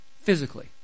physically